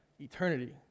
eternity